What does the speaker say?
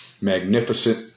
magnificent